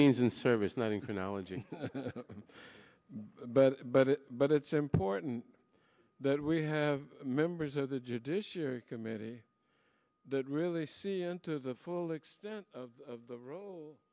means in service not in chronology but but but it's important that we have members of the judiciary committee that really see into the full extent of the role